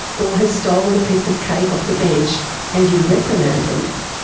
or has stolen a piece of cake off the bench and you reprimand them,